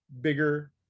bigger